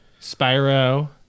Spyro